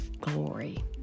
glory